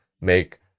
make